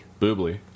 boobly